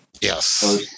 Yes